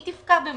היא תפקע במאי.